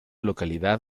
localidad